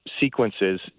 sequences